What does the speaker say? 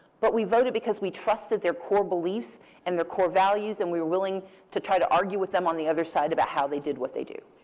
but we voted because we trusted their core beliefs and their core values. and we were willing to try to argue with them on the other side about how they did what they do.